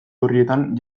orrietan